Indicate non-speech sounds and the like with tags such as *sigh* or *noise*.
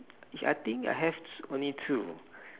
*noise* I think I have *noise* only two